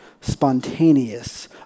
spontaneous